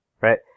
right